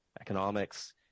economics